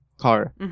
car